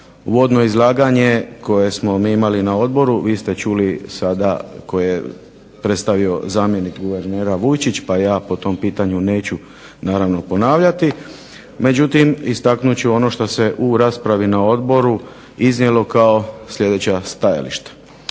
Uvodno izlaganje koje smo mi imali na Odboru vi ste čuli sada koje je predstavio zamjenik premijera Vujčić pa ja po tom pitanju neću ponavljati međutim, istaknut ću ono što se u raspravi na Odboru istaknulo kao sljedeća stajališta: